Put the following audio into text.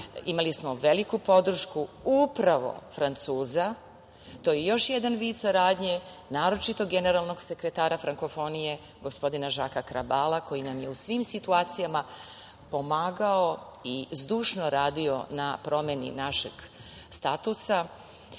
Imali smo veliku podršku upravo Francuza. To je još jedan vid saradnje, naročito generalnog sekretara frankofonije, gospodina Žaka Krabala, koji nam je u svim situacijama pomagao i zdušno radio na promeni našeg statusa. Sa